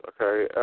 okay